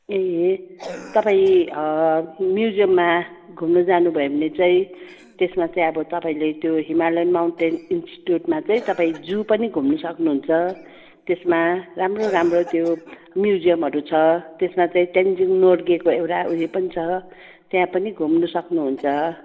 ए तपाईँ म्युजियममा घुम्न जानु भयो भने चाहिँ त्यसमा चाहिँ अब तपाईँले त्यो हिमालयन माउन्टेन इन्स्टिच्युटमा चाहिँ तपाईँ जू पनि घुम्नु सक्नु हुन्छ त्यसमा राम्रो राम्रो त्यो म्युजियमहरू छ त्यसमा चाहिँ तेन्जिङ नर्गेको एउटा उयो पनि छ त्यहाँ पनि घुम्नु सक्नु हुन्छ